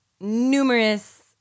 numerous